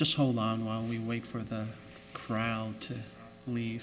just hold on while we wait for the crowd to leave